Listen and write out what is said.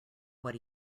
what